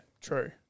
true